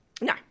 No